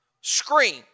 scream